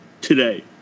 today